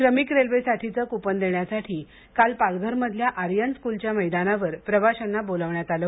श्रमिक रेल्वेसाठीचे क्पन देण्यासाठी काल पालघर मधल्या आर्यन स्कुलच्या मैदानावर प्रवाशांना बोलवण्यात आलं